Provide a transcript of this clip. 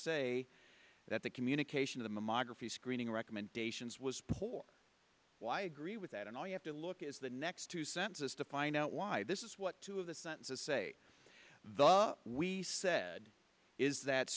say that the communication of the mammography screening recommendations was poor why agree with that and all you have to look is the next two census to find out why this is what two of the census say the we said is that